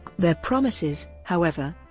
their promises, however,